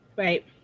Right